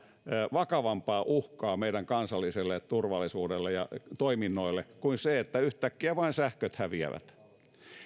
vakavampaa uhkaa meidän kansalliselle turvallisuudelle ja toiminnoille kuin se että yhtäkkiä sähköt vain häviävät